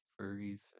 furries